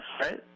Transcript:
right